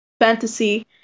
fantasy